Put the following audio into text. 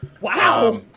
Wow